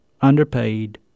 underpaid